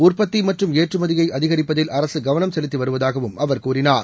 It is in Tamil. உற்பத்தி மற்றும் ஏற்றுமதியை அதிகரிப்பதில் அரசு கவனம் செலுத்தி வருவதாக அவர் கூறினார்